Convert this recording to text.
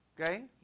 Okay